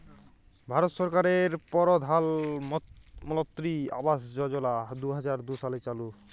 ভারত সরকারের পরধালমলত্রি আবাস যজলা দু হাজার দু সালে চালু